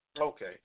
Okay